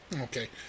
Okay